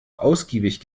ausgiebig